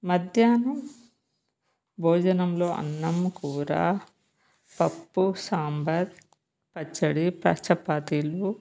మధ్యాహ్నం భోజనంలో అన్నం కూర పప్పు సాంబార్ పచ్చడి చపాతీలు